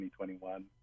2021